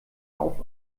auf